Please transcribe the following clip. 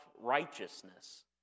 righteousness